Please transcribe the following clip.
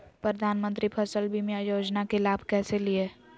प्रधानमंत्री फसल बीमा योजना के लाभ कैसे लिये?